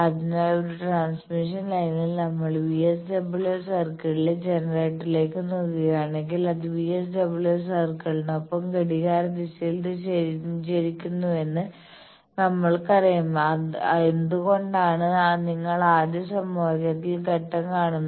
അതിനാൽ ഒരു ട്രാൻസ്മിഷൻ ലൈനിൽ നമ്മൾ VSWR സർക്കിളിലെ ജനറേറ്ററിലേക്ക് നീങ്ങുകയാണെങ്കിൽ അത് VSWR സർക്കിളിനൊപ്പം ഘടികാരദിശയിൽ സഞ്ചരിക്കുമെന്ന് നമ്മൾക്കറിയാം എന്തുകൊണ്ടെന്നാൽ നിങ്ങൾ ആദ്യ സമവാക്യത്തിന്റെ ഘട്ടം കാണുന്നു